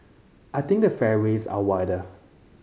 I think the fairways are wider